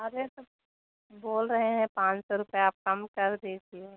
अरे तो बोल रहें है पाँच सौ रुपया कम कर दीजिए